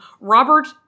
Robert